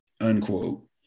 unquote